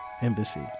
embassy